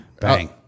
Bang